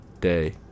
day